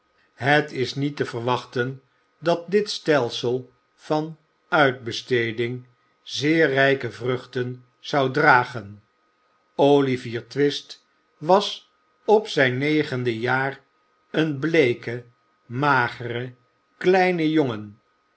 het is niet te verwachten dat dit stelsel van uitbesteding zeer rijke vruchten zou dragen olivier twist was op zijn negende jaar een bleeke magere kleine jongen